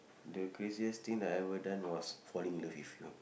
the craziest thing I've ever done was falling in love with you